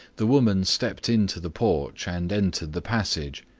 the woman stepped into the porch and entered the passage.